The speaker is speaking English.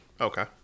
Okay